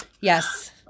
Yes